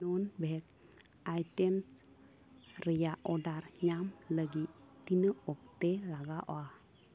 ᱱᱚᱱ ᱵᱷᱮᱡᱽ ᱟᱭᱴᱮᱢᱥ ᱨᱮᱭᱟᱜ ᱚᱰᱟᱨ ᱧᱟᱢ ᱞᱟᱹᱜᱤᱫ ᱛᱤᱱᱟᱹᱜ ᱚᱠᱛᱮ ᱞᱟᱜᱟᱜᱼᱟ